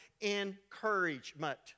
encouragement